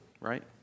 right